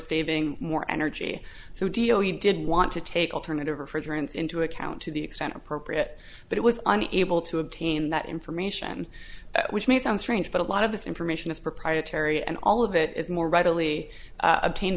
saving more energy so deal he did want to take alternative refrigerants into account to the extent appropriate but it was an able to obtain that information which may sound strange but a lot of this information is proprietary and all of that is more readily obtained